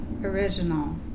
original